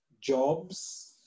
jobs